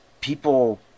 people